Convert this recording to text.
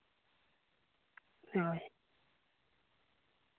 ᱦᱳᱭ